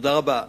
תודה רבה.